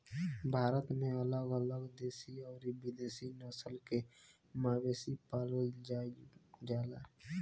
भारत में अलग अलग देशी अउरी विदेशी नस्ल के मवेशी पावल जाइल जाला